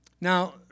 Now